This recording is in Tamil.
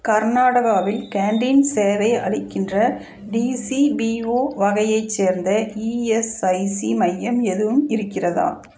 கர்நாடகாவின் கேண்டின் சேவை அளிக்கின்ற டிசிபிஓ வகையைச் சேர்ந்த இஎஸ்ஐசி மையம் எதுவும் இருக்கிறதா